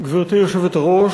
גברתי היושבת-ראש,